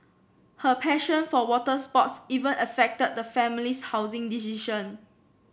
her passion for water sports even affected the family's housing decision